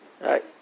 right